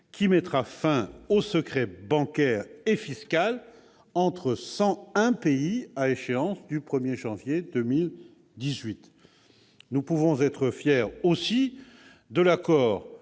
qui mettra fin au secret bancaire et fiscal entre 101 pays à l'échéance du 1 janvier 2018. Nous pouvons aussi être fiers de l'accord